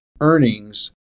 earnings